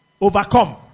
overcome